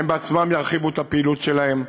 הם בעצמם ירחיבו את הפעילות שלהם.